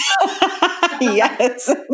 Yes